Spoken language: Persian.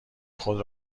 خود